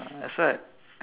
that's why